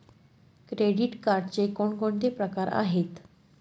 Credit कार्डचे कोणकोणते प्रकार आहेत?